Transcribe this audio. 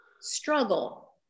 struggle